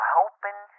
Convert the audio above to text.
hoping